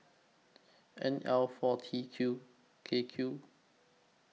N L four T Q K Q